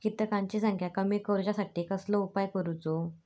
किटकांची संख्या कमी करुच्यासाठी कसलो उपाय करूचो?